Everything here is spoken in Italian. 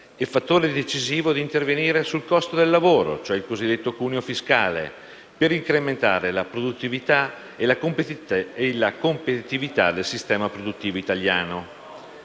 e, fattore decisivo, di intervenire sul costo del lavoro (il cosiddetto cuneo fiscale) per incrementare la produttività e la competitività del mondo produttivo italiano.